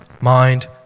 mind